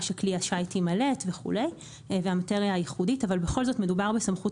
שכלי השיט יימלט וכולי אבל בכל זאת מדובר בסמכות